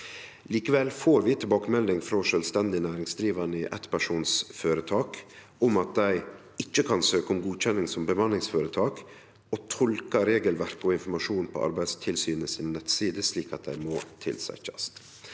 Likevel får vi tilbakemelding frå sjølvstendig næringsdrivande i eittpersonføretak om at dei ikkje kan søke om godkjenning som bemanningsføretak og tolkar regelverk/informasjon på Arbeidstilsynets nettsider slik at dei må tilsetjast.